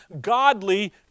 godly